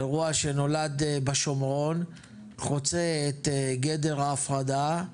אירוע שנולד בשומרון, חוצה את גדר ההפרדה,